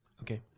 Okay